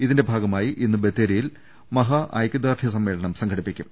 ഇതിന്റെ ഭാഗമായി ഇന്ന് ബത്തേരിയിൽ മഹാ ഐക്യദാർഢ്യ സമ്മേളനം സംഘ ടിപ്പിക്കും